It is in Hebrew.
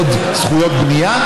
עוד זכויות בנייה,